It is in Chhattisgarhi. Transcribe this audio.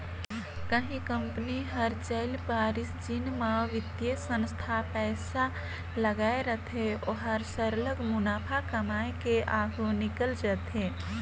कहीं कंपनी हर चइल परिस जेन म बित्तीय संस्था पइसा लगाए रहथे ओहर सरलग मुनाफा कमाए के आघु निकेल जाथे